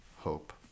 hope